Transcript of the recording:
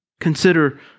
Consider